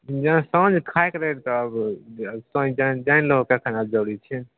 जहन साँझमे खाएके रहै तब तोँ जानि जानि लहो कखन आब जरूरी छै